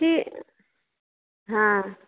ठीक हँ